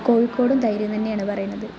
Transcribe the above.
കോഴിക്കോടും തൈര് എന്ന് തന്നെയാണ് പറയുന്നത്